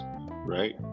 right